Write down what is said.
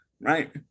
right